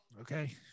Okay